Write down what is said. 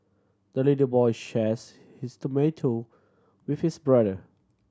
the little boy shares his tomato with his brother